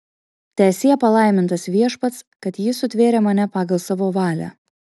teesie palaimintas viešpats kad jis sutvėrė mane pagal savo valią